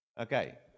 Okay